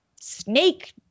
snake